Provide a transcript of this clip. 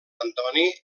antoni